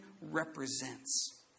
represents